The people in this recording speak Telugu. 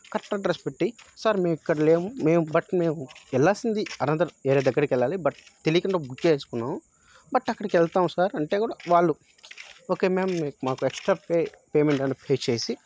కరెక్ట్ అడ్రస్ పెట్టి సార్ మేము ఇక్కడ లేము మేము బట్ మేము వె ళ్ళాల్సింది అనదర్ ఏరే దగ్గరకి వెళ్ళాలి బట్ తెలియకుండా బుక్ చేసుకున్నాం బట్ అక్కడికి వెళ్తాం సార్ అంటే కూడా వాళ్ళు ఓకే మ్యామ్ మాకు ఎక్స్ట్రా పే పేమెంట్ అని పే చేసి